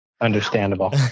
Understandable